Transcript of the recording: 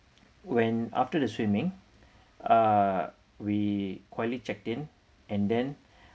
when after the swimming uh we quietly checked in and then